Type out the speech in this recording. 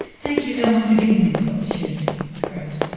thank you, alan, for giving me this opportunity, it's great.